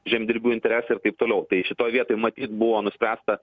žemdirbių interesai ir taip toliau tai šitoj vietoj matyt buvo nuspręsta